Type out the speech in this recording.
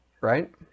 right